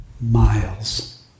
Miles